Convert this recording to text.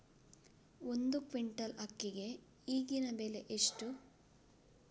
ಒಂದು ಕ್ವಿಂಟಾಲ್ ಅಕ್ಕಿಗೆ ಈಗಿನ ಬೆಲೆ ಎಷ್ಟು?